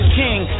king